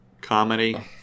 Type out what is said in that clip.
comedy